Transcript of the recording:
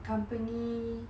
company